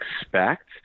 expect